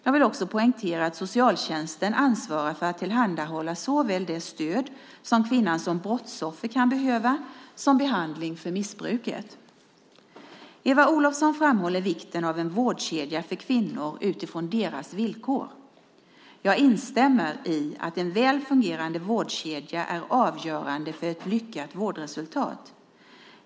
Jag vill också poängtera att socialtjänsten ansvarar för att tillhandahålla såväl det stöd som kvinnan som brottsoffer kan behöva som behandling för missbruket. Eva Olofsson framhåller vikten av en vårdkedja för kvinnor utifrån deras villkor. Jag instämmer i att en väl fungerande vårdkedja är avgörande för ett lyckat vårdresultat.